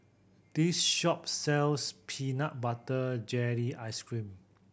this shop sells peanut butter jelly ice cream